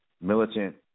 militant